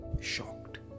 shocked